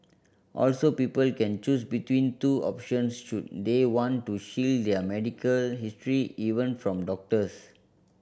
also people can choose between two options should they want to shield their medical history even from doctors